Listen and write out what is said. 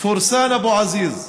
פורסאן אבו עזיז,